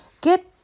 Get